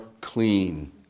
clean